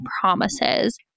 promises